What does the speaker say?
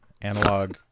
analog